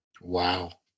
Wow